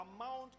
amount